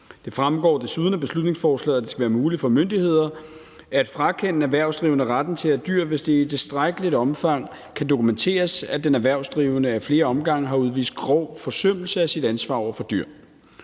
Det fremgår desuden af beslutningsforslaget, at det skal være muligt for myndigheder at frakende erhvervsdrivende retten til at have dyr, hvis det i tilstrækkeligt omfang kan dokumenteres, at den erhvervsdrivende ad flere omgange har udvist grov forsømmelse af sit ansvar over for dyr.